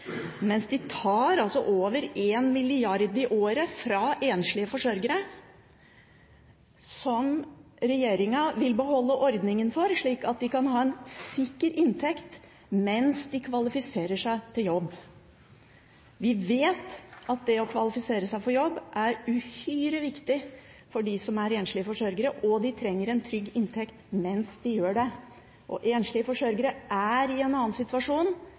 mens de altså tar over 1 mrd. kr i året fra enslige forsørgere, som regjeringen vil beholde ordningen for, slik at de kan ha en sikker inntekt mens de kvalifiserer seg til jobb. Vi vet at det å kvalifisere seg for jobb er uhyre viktig for dem som er enslige forsørgere, og de trenger en trygg inntekt mens de gjør det. Enslige forsørgere er i en annen situasjon